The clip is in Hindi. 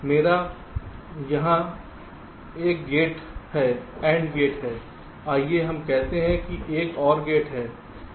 मेरा यहाँ एक गेट हैAND गेट है आइए हम कहें कि एक OR गेट है